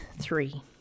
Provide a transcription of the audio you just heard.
three